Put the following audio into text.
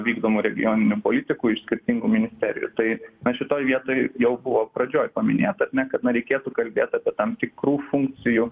vykdomų regioninių politikų iš skirtingų ministerijų tai na šitoj vietoj jau buvo pradžioj paminėta ar ne kad na reikėtų kalbėt apie tam tikrų funkcijų